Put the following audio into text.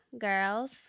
girls